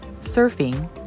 surfing